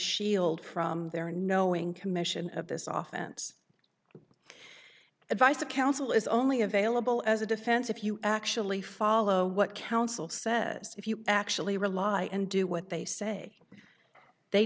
shield from their knowing commission of this often ends advice of counsel is only available as a defense if you actually follow what counsel says if you actually rely and do what they say they